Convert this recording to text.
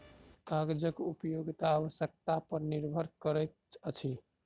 कागजक उपयोगिता आवश्यकता पर निर्भर करैत अछि